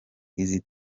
izi